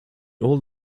old